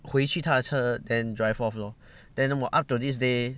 回去他的车 then drive off lor then 我 up to this day